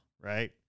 right